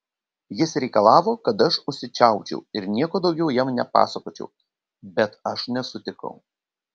jis reikalavo kad aš užsičiaupčiau ir nieko daugiau jam nepasakočiau bet aš nesutikau